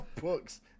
books